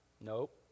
Nope